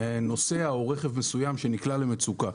נוסע או רכב מסוים שנקלע למצוקה.